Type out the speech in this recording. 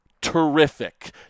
terrific